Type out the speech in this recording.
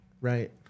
right